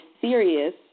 serious